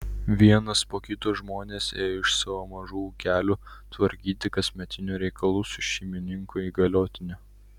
vienas po kito žmonės ėjo iš savo mažų ūkelių tvarkyti kasmetinių reikalų su šeimininko įgaliotiniu